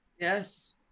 Yes